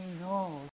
no